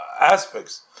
aspects